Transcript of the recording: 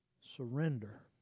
surrender